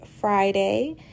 Friday